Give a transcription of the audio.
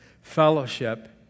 Fellowship